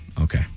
Okay